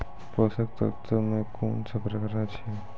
पोसक तत्व मे कून सब प्रकार अछि?